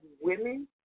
women